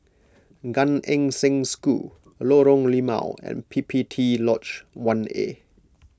Gan Eng Seng School Lorong Limau and P P T Lodge one A